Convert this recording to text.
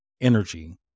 energy